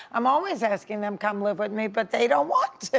i'm always asking them come live with me, but they don't want